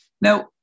Now